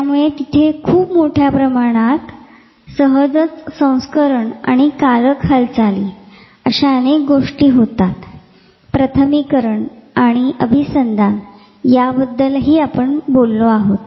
त्यमुळे तिथे खूप मोठ्या प्रमाणात सहजात संस्करण आणि कारक हालचाली अशा अनेक गोष्ट या होतात तसेच प्रथमीकरण आणि अभिसंधान याबद्दल आपण बोललो आहोत